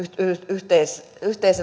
yhteistä